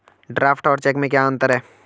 Draft और cheque में क्या अंतर है?